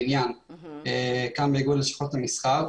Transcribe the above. עבר למשרד האוצר,